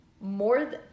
more